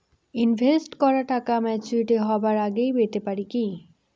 Invest করা টাকা maturity হবার আগেই পেতে পারি কি?